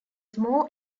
small